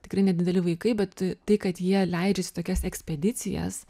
tikrai nedideli vaikai bet tai kad jie leidžias į tokias ekspedicijas